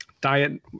diet